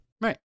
Right